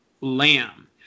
Lamb